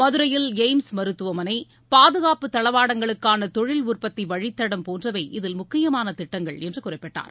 மதுரையில் எய்ம்ஸ் மருத்துவமனை பாதுகாப்பு தளவாடங்களுக்கான தொழில் உற்பத்தி வழித்தடம் போன்றவை இதில் முக்கியமான திட்டங்கள் என்று குறிப்பிட்டார்